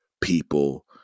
people